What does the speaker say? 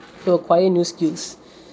to acquire new skills